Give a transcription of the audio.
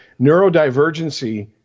neurodivergency